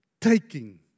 taking